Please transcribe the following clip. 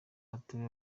arthur